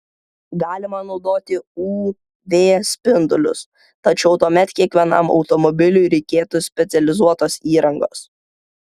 galima naudoti uv spindulius tačiau tuomet kiekvienam automobiliui reikėtų specializuotos įrangos